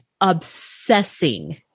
obsessing